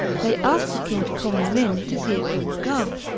they asked the king to call him in, to see if he would go.